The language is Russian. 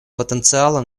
потенциала